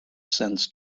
sends